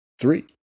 Three